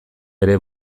ere